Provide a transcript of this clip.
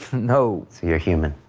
no. so you're human?